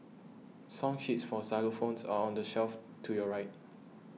song sheets for xylophones are on the shelf to your right